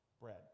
bread